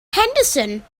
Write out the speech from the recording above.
henderson